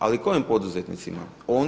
Ali kojim poduzetnicima?